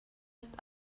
ist